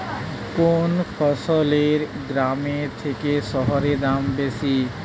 কোন ফসলের গ্রামের থেকে শহরে দাম বেশি?